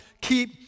keep